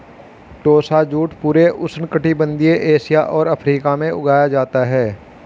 टोसा jute पूरे उष्णकटिबंधीय Asia और अफ्रीका में उगाया जाता है